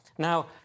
Now